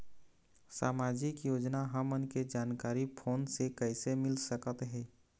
सामाजिक योजना हमन के जानकारी फोन से कइसे मिल सकत हे?